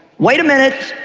wait a minute,